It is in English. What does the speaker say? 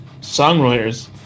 songwriters